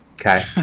Okay